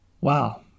Wow